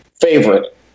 favorite